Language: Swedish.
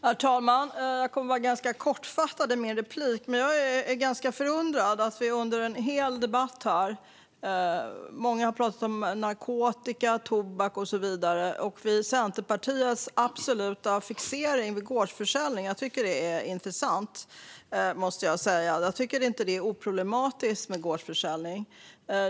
Herr talman! Jag kommer att vara ganska kortfattad i min replik. Jag är förundrad över Centerpartiets absoluta fixering vid gårdsförsäljning i en hel debatt där många andra har pratat om narkotika, tobak och så vidare. Det är intressant, måste jag säga. Jag tycker inte att det är oproblematiskt med gårdsförsäljning.